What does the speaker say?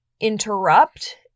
interrupt